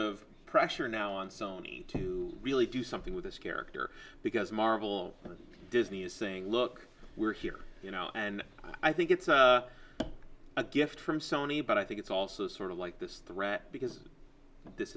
of pressure now on to really do something with this character because marvel disney is saying look we're here you know and i think it's a gift from sony but i think it's also sort of like this threat because this